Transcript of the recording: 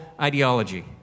ideology